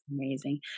amazing